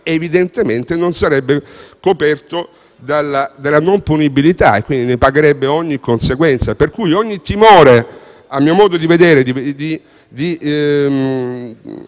evidentemente non sarebbe coperto dalla non punibilità e ne pagherebbe ogni conseguenza. Pertanto, a mio modo di vedere,